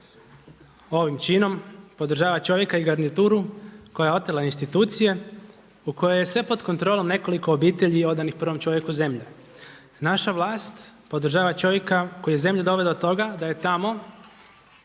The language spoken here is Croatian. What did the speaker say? ovim činom podržava čovjeka i garnituru koja je otela institucije u kojoj je sve pod kontrolom nekoliko obitelji odanih prvom čovjeku zemlje. Naša vlast podržava čovjeka koji je zemlju doveo do toga da je tamo